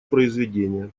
произведения